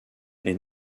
est